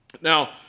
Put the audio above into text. Now